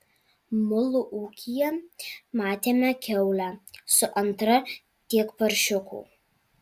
mulu ūkyje matėme kiaulę su antra tiek paršiukų